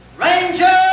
Ranger